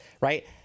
Right